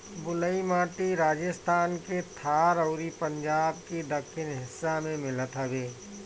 बलुई माटी राजस्थान के थार अउरी पंजाब के दक्खिन हिस्सा में मिलत हवे